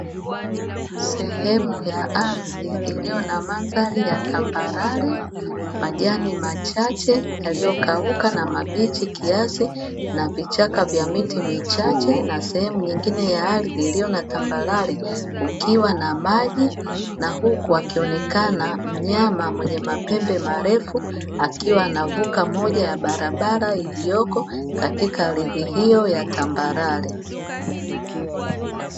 Sehemu ya ardhi iliyo na mandhari ya tambarare majani machache yaliyokauka na mabichi kiasi na vichaka vya miti michache, na sehemu nyingine ya ardhi iliyo na tambarare kukiwa na maji na huku akionekana mnyama mwenye mapembe marefu, akiwa anavuka moja ya barabara iliyoko katika ardhi hiyo ya tambarare.